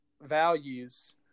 values